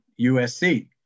USC